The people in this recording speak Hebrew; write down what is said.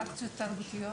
מה זה אינטראקציות תרבותיות?